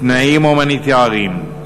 תנאים הומניטריים,